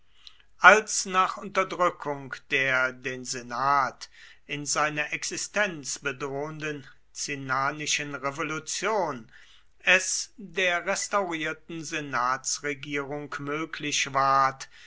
als nach unterdrückung der den senat in seiner existenz bedrohenden cinnanischen revolution es der restaurierten senatsregierung möglich ward